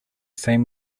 same